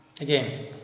again